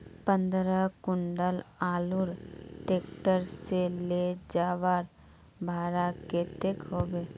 पंद्रह कुंटल आलूर ट्रैक्टर से ले जवार भाड़ा कतेक होबे?